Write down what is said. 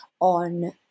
on